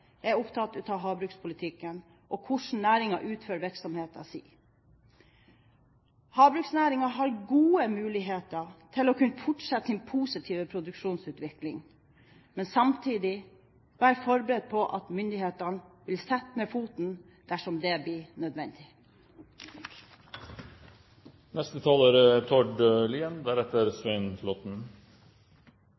er opptatt av havbrukspolitikken, og hvordan næringen utfører virksomheten sin. Havbruksnæringen har gode muligheter til å kunne fortsette sin positive produksjonsutvikling, men må samtidig være forberedt på at myndighetene vil sette ned foten dersom det blir nødvendig.